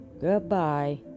goodbye